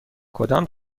کدام